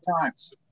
times